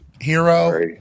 Hero